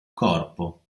corpo